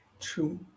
True